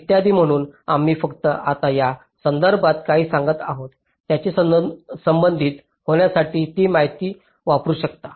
इत्यादी म्हणून आम्ही फक्त त्या आता त्यासंदर्भात जे काही सांगत आहोत त्याशी संबंधित होण्यासाठी ती माहिती वापरु शकतात